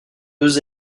deux